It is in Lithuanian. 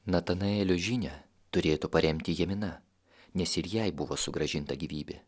natanaelio žinią turėtų paremti jamina nes ir jai buvo sugrąžinta gyvybė